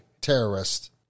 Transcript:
terrorist